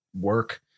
work